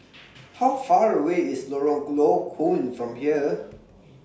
How Far away IS Lorong Low Koon from here